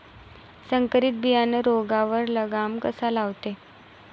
संकरीत बियानं रोगावर लगाम कसा लावते?